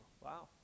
wow